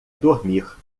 dormir